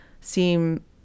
seem